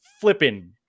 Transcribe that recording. flipping